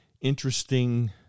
interesting